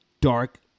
dark